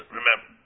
remember